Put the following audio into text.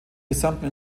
gesamten